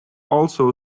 also